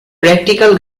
practical